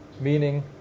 meaning